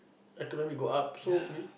economy go up so we